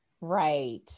Right